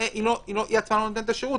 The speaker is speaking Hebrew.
והיא לא נותנת את השירות,